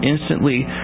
instantly